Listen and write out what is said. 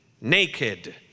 naked